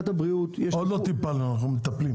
עוד לא טיפלנו, מטפלים.